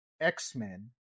X-Men